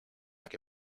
que